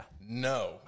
no